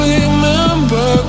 remember